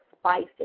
spices